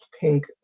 pink